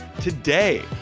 Today